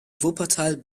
wuppertal